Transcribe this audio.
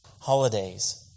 holidays